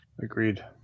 Agreed